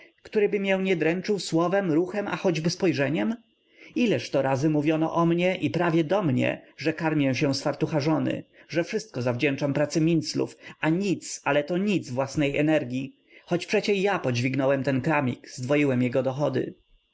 ciebie któryby mię nie dręczył słowem ruchem a choćby spojrzeniem ileżto razy mówiono o mnie i prawie do mnie że karmię się z fartucha żony że wszystko zawdzięczam pracy minclów a nic ale to nic własnej energii choć przecie ja podźwignąłem ten kramik zdwoiłem jego dochody